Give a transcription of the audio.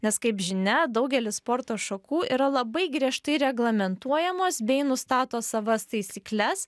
nes kaip žinia daugelis sporto šakų yra labai griežtai reglamentuojamos bei nustato savas taisykles